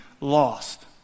lost